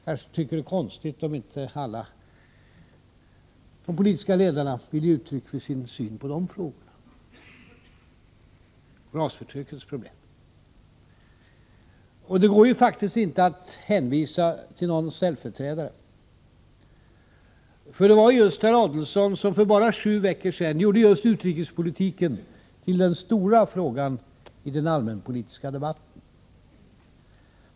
De kanske tycker att det är konstigt om inte alla de politiska ledarna vill ge uttryck för sin syn på rasförtryckets problem. Och det går faktiskt inte att hänvisa till någon ställföreträdare. För det var herr Adelsohn som för bara sju veckor sedan gjorde just utrikespolitiken till den stora frågan i den allmänpolitiska debatten.